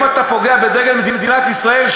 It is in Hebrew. אם אתה פוגע בדגל מדינת ישראל,